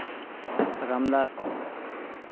Ramdas